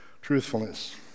truthfulness